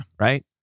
Right